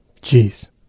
Jeez